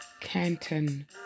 Canton